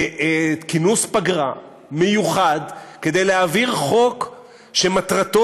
כינוס פגרה מיוחד כדי להעביר חוק שמטרתו